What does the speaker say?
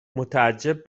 متعجب